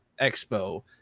Expo